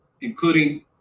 including